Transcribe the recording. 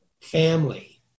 family